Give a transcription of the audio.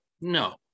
No